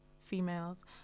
females